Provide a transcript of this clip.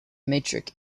matrix